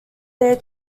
their